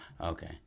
okay